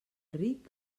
ric